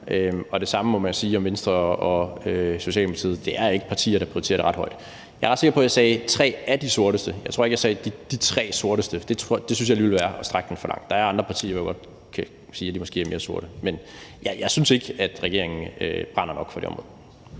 Det samme må man sige om Venstre og Socialdemokratiet: Det er ikke partier, der prioriterer det ret højt. Jeg er ret sikker på, at jeg sagde tre af de sorteste; jeg tror ikke, jeg sagde de tre sorteste. Det synes jeg alligevel ville være at strække den for langt. Der er andre partier, hvor man godt kan sige, at de måske er mere sorte. Men jeg synes ikke, at regeringen brænder nok for det område.